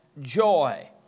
joy